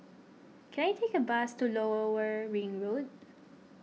can I take a bus to Lower were Ring Road